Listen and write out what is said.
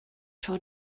tro